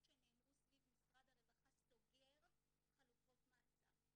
שנאמרו סביב 'משרד הרווחה סוגר חלופות מעצר'.